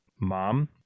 mom